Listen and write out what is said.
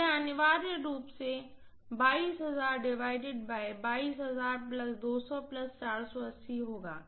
यह अनिवार्य रूप से होगा